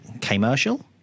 commercial